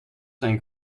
zijn